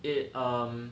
it um